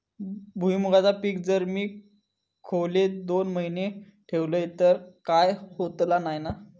भुईमूगाचा पीक जर मी खोलेत दोन महिने ठेवलंय तर काय होतला नाय ना?